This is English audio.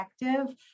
effective